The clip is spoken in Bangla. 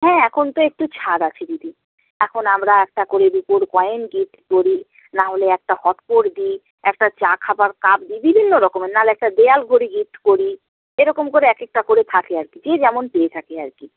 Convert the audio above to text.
হ্যাঁ এখন তো একটু ছাড় আছে দিদি এখন আমরা একটা করে রূপোর কয়েন গিফট করি নাহলে একটা হট পট দিই একটা চা খাবার কাপ দিই বিভিন্ন রকমের নাহলে একটা দেওয়াল ঘড়ি গিফট করি এরকম করে এক একটা করে থাকে আর কি যে যেমন পেয়ে থাকে আর কি